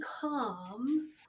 calm